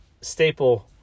staple